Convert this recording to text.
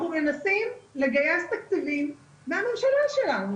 אנחנו מנסים לגייס תקציבים מהממשלה שלנו,